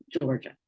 Georgia